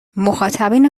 مخاطبین